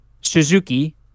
Suzuki